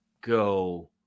go